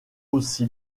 aussi